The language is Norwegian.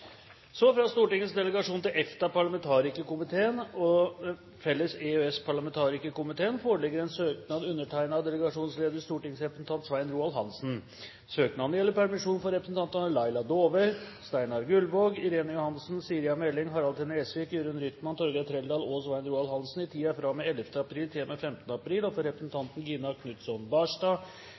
fra Stortingets delegasjon til EFTA-parlamentarikerkomiteene og Den felles EØS-parlamentarikerkomiteen foreligger søknad undertegnet av delegasjonens leder, stortingsrepresentant Svein Roald Hansen. Søknaden gjelder permisjon for representantene Laila Dåvøy, Steinar Gullvåg, Irene Johansen, Siri A. Meling, Harald T. Nesvik, Jørund Rytman, Torgeir Trældal og Svein Roald Hansen i tiden fra og med 11. april til og med 15. april, og for representanten Gina Knutson Barstad